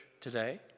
today